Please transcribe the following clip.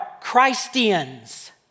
Christians